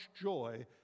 joy